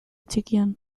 txikian